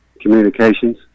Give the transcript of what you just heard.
communications